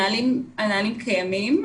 הנהלים קיימים.